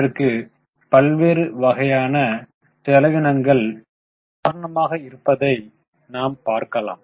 இதற்கு பல்வேறு வகையான செலவினங்கள் காரணமாக இருப்பதை நாம் பார்க்கலாம்